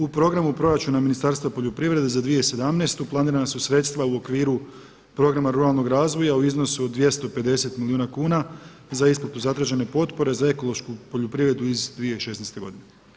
U programu proračuna Ministarstva poljoprivrede za 2017. planirana su sredstva u okviru programa Ruralnog razvoja u iznosu od 250 milijuna kuna za isplatu zatražene potpore za ekološku poljoprivredu iz 2016. godine.